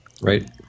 Right